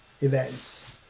events